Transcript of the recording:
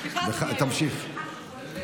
סליחה, זו קריאה ראשונה?